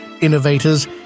innovators